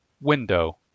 Window